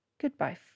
Goodbye